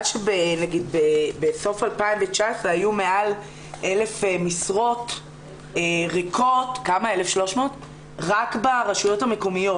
שבסוף 2019 היו מעל 1,300 משרות ריקות רק ברשויות המקומיות,